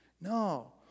No